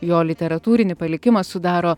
jo literatūrinį palikimą sudaro